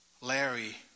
Larry